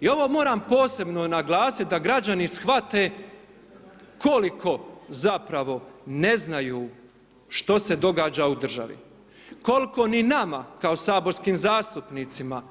I ovo moram posebno naglasiti da građani shvate koliko zapravo ne znaju što se događa u državi, koliko ni nama kao saborskim zastupnicima